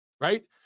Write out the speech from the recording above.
right